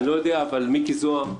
מיקי זוהר,